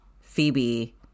Phoebe